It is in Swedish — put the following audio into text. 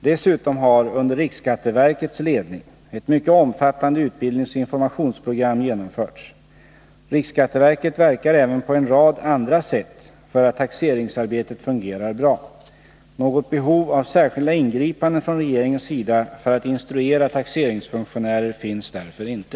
Dessutom har under riksskatteverkets ledning ett mycket omfattande utbildningsoch informationsprogram genomförts. Riksskatteverket verkar även på en rad andra sätt för att taxeringsarbetet fungerar bra. Något behov av särskilda ingripanden från regeringens sida för att instruera taxeringsfunktionärer finns därför inte.